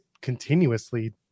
continuously